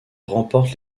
remporte